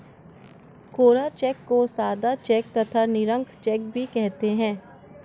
कोरा cheque को सादा cheque तथा निरंक चेक भी कहते हैं